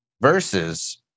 Versus